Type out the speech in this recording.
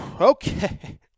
okay